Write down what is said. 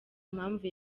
impamvu